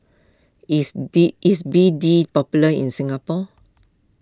is D is B D popular in Singapore